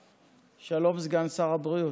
שלום, סגן שר הבריאות,